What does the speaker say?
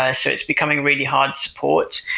ah so it's becoming really hard support.